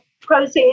process